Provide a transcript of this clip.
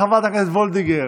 חברת הכנסת וולדיגר,